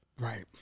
right